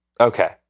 Okay